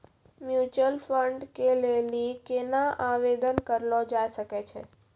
Mutual fund के लेली केना आवेदन करलो जाय सकै छै?